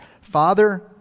Father